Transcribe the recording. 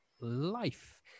life